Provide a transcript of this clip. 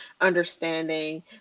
understanding